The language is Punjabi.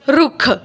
ਰੁੱਖ